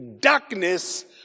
Darkness